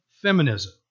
feminism